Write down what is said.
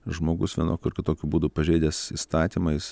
žmogus vienokiu ar kitokiu būdu pažeidęs įstatymą jis